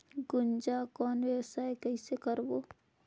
गुनजा कौन व्यवसाय कइसे करबो?